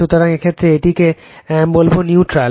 সুতরাং এই ক্ষেত্রে এটিকে বলবো নিউট্রাল